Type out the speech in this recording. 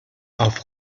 auf